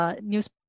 news